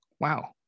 wow